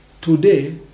today